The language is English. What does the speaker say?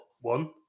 one